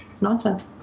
nonsense